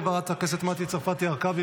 חברת הכנסת מטי צרפתי הרכבי,